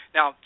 Now